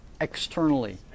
Externally